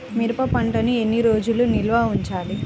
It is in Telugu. మిరప పంటను ఎన్ని రోజులు నిల్వ ఉంచాలి?